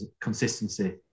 consistency